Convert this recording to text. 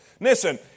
Listen